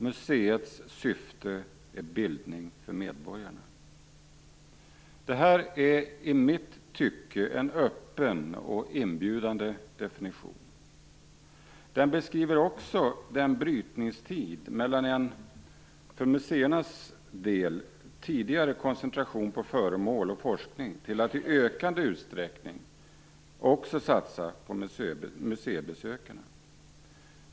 Museets syfte är bildning för medborgarna". Det är i mitt tycke en öppen och inbjudande definition. Den beskriver också en brytningstid för museernas del mellan en tidigare koncentration på föremål och forskning och en utökad satsning också på museibesökarna.